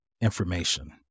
information